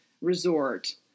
resort